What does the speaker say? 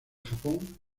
japón